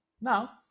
Now